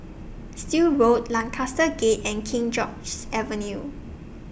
Still Road Lancaster Gate and King George's Avenue